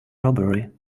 robbery